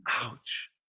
Ouch